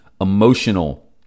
emotional